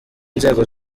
nzego